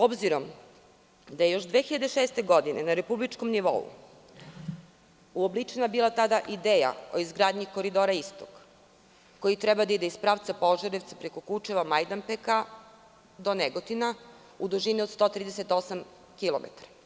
Obzirom da je još 2006. godine na republičkom nivou uobličena bila tada ideja o izgradnji Koridora Istok, koji treba da ide iz pravca Požarevca preko Kučeva, Majdanpeka do Negotina u dužini od 138 kilometara.